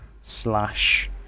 slash